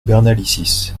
bernalicis